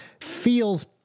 feels